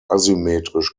asymmetrisch